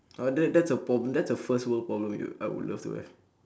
ah that that's a problem that's a first world problem you I would love to have